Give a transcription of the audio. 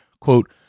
quote